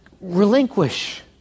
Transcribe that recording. relinquish